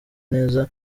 neza